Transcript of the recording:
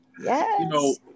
Yes